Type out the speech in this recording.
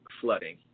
flooding